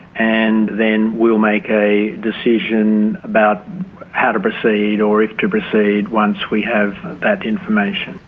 and then we'll make a decision about how to proceed or if to proceed once we have that information.